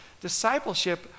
Discipleship